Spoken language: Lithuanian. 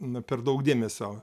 na per daug dėmesio